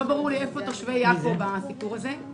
לא ברור לי איפה תושבי יפו בסיפור הזה.